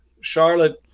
Charlotte